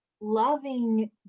loving